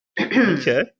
Okay